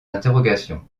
interrogations